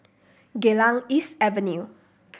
Geylang East Avenue